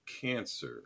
cancer